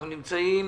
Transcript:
אנחנו נמצאים